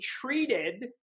treated